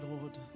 Lord